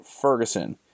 Ferguson